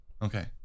Okay